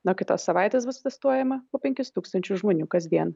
nuo kitos savaitės bus testuojama po penkis tūkstančius žmonių kasdien